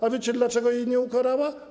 A wiecie, dlaczego jej nie ukarała?